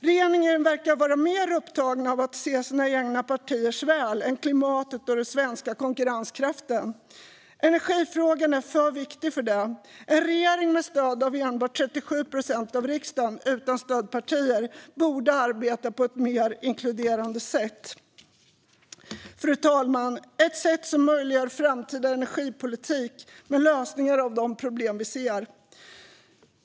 Regeringen verkar mer upptagen av sina egna partiers väl än av klimatet och den svenska konkurrenskraften. Energifrågan är för viktig för det. En regering med stöd av endast 37 procent av riksdagen, utan stödpartier, borde arbeta på ett mer inkluderande sätt, fru talman - ett sätt som möjliggör en framtida energipolitik med lösningar på de problem vi ser.